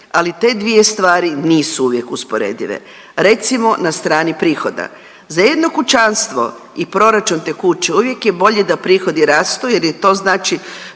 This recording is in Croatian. ali te dvije stvari nisu uvijek usporedive. Recimo, na strani prihoda. Za jedno kućanstvo i proračun te kuće, uvijek je bolje da prihodi rastu jer je to znači